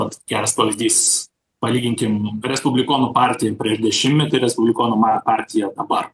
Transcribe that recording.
toks geras pavyzdys palyginkim respublikonų partiją prieš dešimtmetį ir respublikonų partija dabar